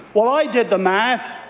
well i did the math,